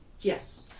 Yes